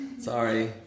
Sorry